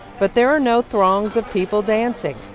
but there are no throngs of people dancing.